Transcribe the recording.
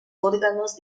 órganos